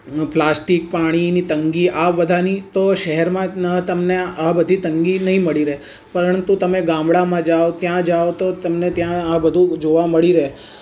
plastic પાણીની તંગી આ બધાની તો શહેરમાં તમને આ બધી તંગી નહીં મળી રહે પરંતુ તમે ગામડામાં જાવ ત્યાં જાવ તો તમને ત્યાં આ બધું જોવા મળી રહે